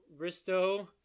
Risto